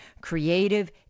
creative